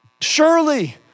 Surely